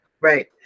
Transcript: right